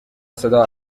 صدا